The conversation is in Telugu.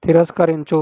తిరస్కరించు